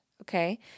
okay